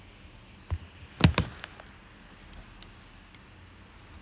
the ஒரு:oru application ஒன்னு வைச்சிருந்தாரு:onnu vaichirunthaaru wo~ workout application னு சொல்லிட்டு:nu sollittu